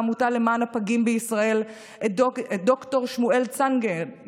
העמותה למען הפגים בישראל ואת ד"ר שמואל צנגן,